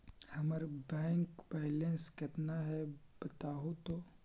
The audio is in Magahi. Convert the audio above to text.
हमर बैक बैलेंस केतना है बताहु तो?